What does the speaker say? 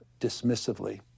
dismissively